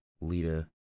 lita